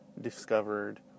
discovered